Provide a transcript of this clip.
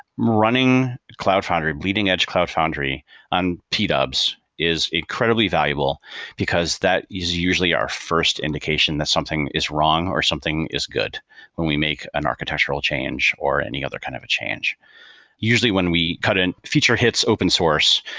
running cloud foundry, leading edge cloud foundry on p-dubs is incredibly valuable because that is usually our first indication that something is wrong, or something is good when we make an architectural change, or any other kind of a change usually usually when we cut in feature hits open source,